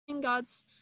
God's